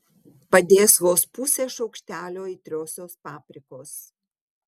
padės vos pusė šaukštelio aitriosios paprikos